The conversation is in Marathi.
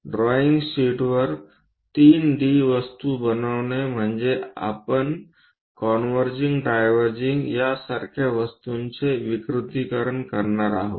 ड्रॉईंग शीटवर 3 डी वस्तू बनविणे म्हणजे आपण कन्व्हर्जिंग डायवर्जिंग यासारख्या वस्तूंचे विकृतीकरण करणार आहोत